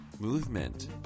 movement